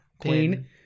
queen